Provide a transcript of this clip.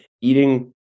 eating